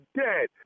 dead